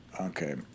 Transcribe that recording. Okay